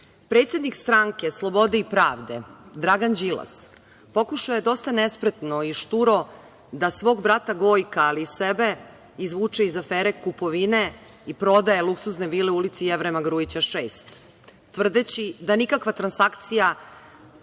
prihoda? Predsednik stranke Slobode i pravde Dragan Đilas pokušao je dosta nespretno i šturo da svog brata Gojka, ali i sebe, izvuče iz afere kupovine i prodaje luksuzne vile u ulici Jevrema Grujića 6, tvrdeći da nikakvu transakciju